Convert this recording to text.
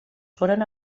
foren